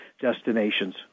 destinations